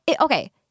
okay